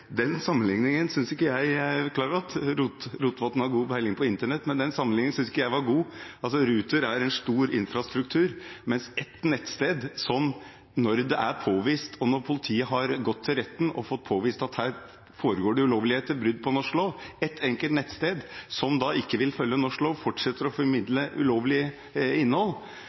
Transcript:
den sammenligningen synes jeg ikke var god. Ruter er en stor infrastruktur. Når politiet har gått til retten og fått påvist at det foregår ulovligheter, brudd på norsk lov, på ett enkelt nettsted, og dette nettstedet ikke vil følge norsk lov, men fortsetter å formidle ulovlig innhold,